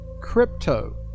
crypto